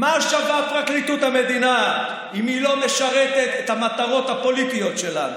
מה שווה פרקליטות המדינה אם היא לא משרתת את המטרות הפוליטיות שלנו?